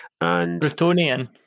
Bretonian